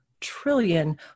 trillion